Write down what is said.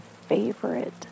favorite